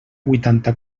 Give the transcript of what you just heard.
huitanta